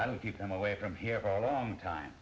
i don't keep them away from here on long time